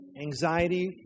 anxiety